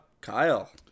Kyle